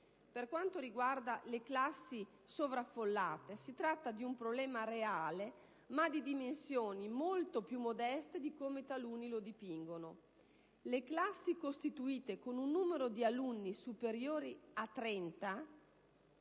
Per quanto riguarda le classi sovraffollate, si tratta di un problema reale, ma di dimensioni molto più modeste di come taluni lo dipingono. Le classi costituite da un numero di alunni superiore a 30